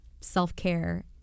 self-care